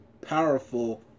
powerful